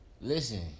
listen